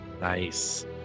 Nice